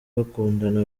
bakundana